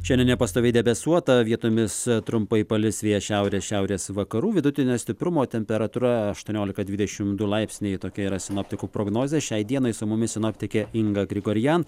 šiandien nepastoviai debesuota vietomis trumpai palis vėjas šiaurės šiaurės vakarų vidutinio stiprumo temperatūra aštuoniolika dvidešim du laipsniai tokia yra sinoptikų prognozė šiai dienai su mumis sinoptikė inga grigorian